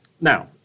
Now